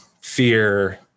fear